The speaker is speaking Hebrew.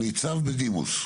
מה שנקרא ניצב בדימוס.